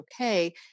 okay